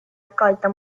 accolta